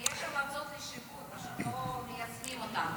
ויש המלצות לשיפור, פשוט לא מיישמים אותן.